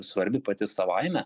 svarbi pati savaime